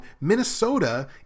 Minnesota